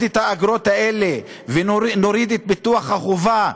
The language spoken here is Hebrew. את האגרות האלה ונוריד את ביטוח החובה,